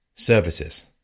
services